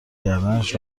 کردنش